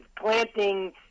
planting